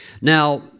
Now